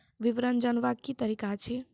विवरण जानवाक की तरीका अछि?